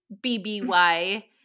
BBY